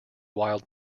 wild